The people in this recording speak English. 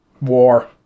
War